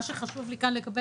מה שחשוב לי כאן לקבל,